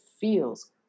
feels